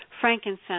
frankincense